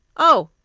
oh,